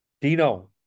Dino